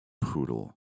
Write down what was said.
Poodle